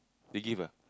they give ah